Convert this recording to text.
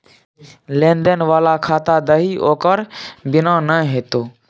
लेन देन बला खाता दही ओकर बिना नै हेतौ